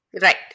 right